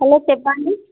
hello చెప్పండి